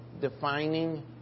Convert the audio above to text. defining